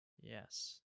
Yes